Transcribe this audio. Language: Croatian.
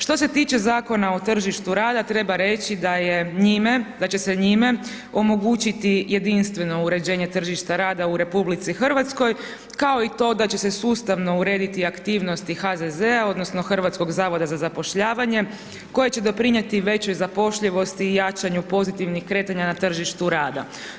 Što se tiče Zakona o tržištu rada treba reći da je njime, da će se njime omogućiti jedinstveno uređenje tržišta rada u RH kao i to da će se sustavno urediti aktivnosti HZZ-a, odnosno Hrvatskog zavoda za zapošljavanje koje će doprinijeti većoj zapošljivosti i jačanju pozitivnih kretanja na tržištu rada.